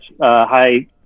Hi